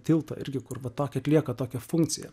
tilto irgi kur va tokia atlieka tokią funkciją